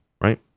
right